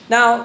Now